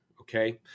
Okay